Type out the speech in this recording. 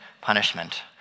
punishment